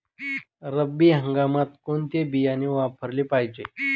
रब्बी हंगामात कोणते बियाणे वापरले पाहिजे?